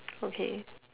okay